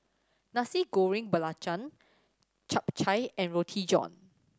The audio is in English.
Nasi Goreng Belacan Chap Chai and Roti John